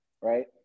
right